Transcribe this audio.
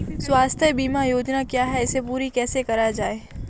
स्वास्थ्य बीमा योजना क्या है इसे पूरी कैसे कराया जाए?